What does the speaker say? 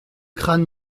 crâne